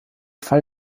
fall